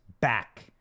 back